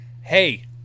Hey